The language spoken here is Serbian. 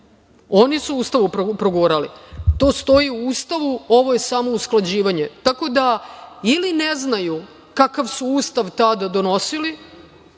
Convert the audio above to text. oni su u Ustavu progurali. To stoji u Ustavu, ovo je samo usklađivanje. Tako da, ili ne znaju kakav su Ustav tada donosili,